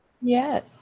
yes